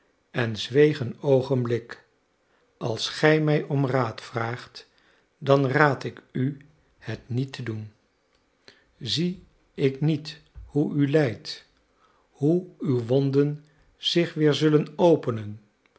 en zweeg een oogenblik als gij mij om raad vraagt dan raad ik u het niet te doen zie ik niet hoe u lijdt hoe uw wonden zich weer zullen openen